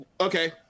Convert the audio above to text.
okay